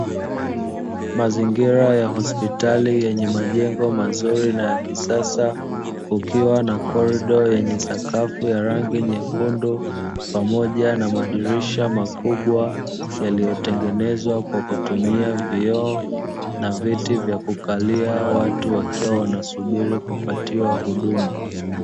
Mazingira ya hospitali yenye majengo mazuri na ya kisasa, kukiwa na kordo yenye sakafu ya rangi nyekundu, pamoja na madirisha makubwa yaliyotengenezwa kwa kutumia vioo, na viti vya kukalia watu wakiwa wanasubiri kupatiwa huduma.